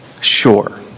sure